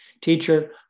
Teacher